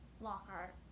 Lockhart